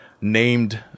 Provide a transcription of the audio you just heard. named